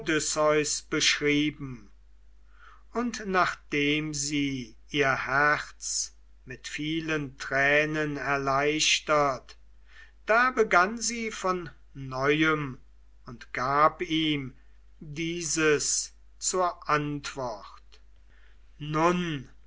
und nachdem sie ihr herz mit vielen tränen erleichtert da begann sie von neuem und gab ihm dieses zur antwort nun